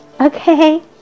okay